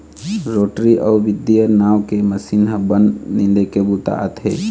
rotary अउ weeder नांव के मसीन ह बन निंदे के बूता आथे